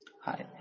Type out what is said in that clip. Hi